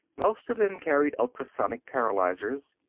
most of them carried ultrasonic paralyzers,